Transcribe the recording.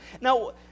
Now